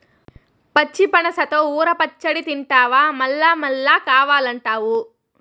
పచ్చి పనసతో ఊర పచ్చడి తింటివా మల్లమల్లా కావాలంటావు